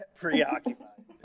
preoccupied